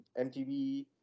MTV